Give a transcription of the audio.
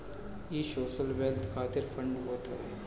इ social wealth खातिर fund होत हवे